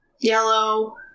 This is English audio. Yellow